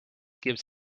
gives